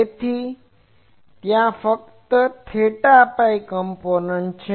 તેથી ત્યાં ફક્ત theta phi કમ્પોનન્ટ છે